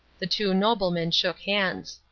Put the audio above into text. the two noblemen shook hands.